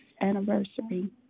anniversary